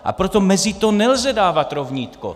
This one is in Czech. A proto mezi to nelze dávat rovnítko.